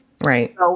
Right